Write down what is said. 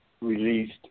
released